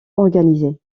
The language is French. organisé